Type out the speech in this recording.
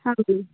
ಹೌದು